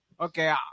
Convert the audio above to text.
Okay